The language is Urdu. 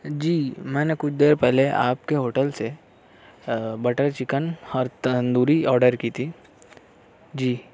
جی میں نے کچھ دیر پہلے آپ کے ہوٹل سے بٹر چکن اور تندوری آرڈر کی تھی جی